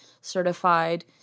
certified